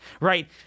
right